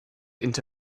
into